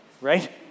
Right